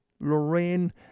Lorraine